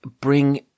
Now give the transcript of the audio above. bring